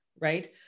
right